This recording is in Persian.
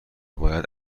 بیایید